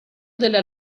della